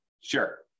Sure